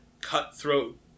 cutthroat